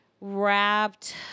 wrapped